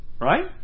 Right